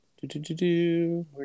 Do-do-do-do